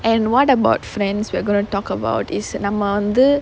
and what about friends we're going to talk about is நம்ம வந்து:namma vanthu